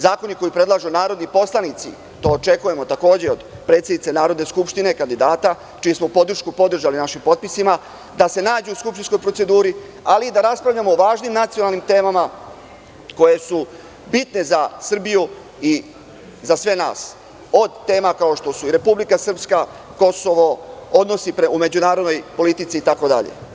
Zakoni koje predlažu narodni poslanici, to očekujemo od predsednice Narodne skupštine, kandidata, koju smo podržali našim potpisima, da se nađu u skupštinskoj proceduri, ali i da raspravljamo o važnim nacionalnim temama koje su bitne za Srbiju i za sve nas: od tema kao što su i Republika Srpska, Kosovo, odnosi u međunarodnoj politici itd.